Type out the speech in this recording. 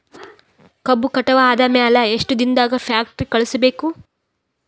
ಕಬ್ಬು ಕಟಾವ ಆದ ಮ್ಯಾಲೆ ಎಷ್ಟು ದಿನದಾಗ ಫ್ಯಾಕ್ಟರಿ ಕಳುಹಿಸಬೇಕು?